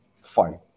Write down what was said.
fine